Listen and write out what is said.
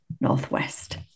northwest